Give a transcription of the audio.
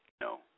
no